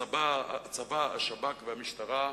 הצבא, השב"כ והמשטרה.